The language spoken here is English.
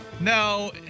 No